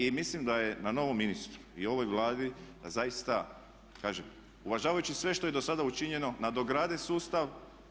I mislim da je na novom ministru i ovoj Vladi da zaista, kažem uvažavajući sve što je dosada učinjeno, nadograde sustav.